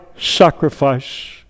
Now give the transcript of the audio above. sacrifice